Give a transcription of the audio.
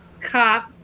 Cop